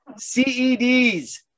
CEDs